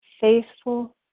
faithful